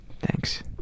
thanks